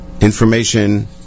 information